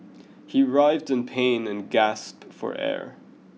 he writhed in pain and gasped for air